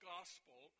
Gospel